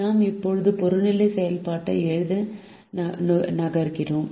நாம் இப்போது புறநிலை செயல்பாட்டை எழுத நகர்கிறோம்